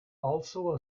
also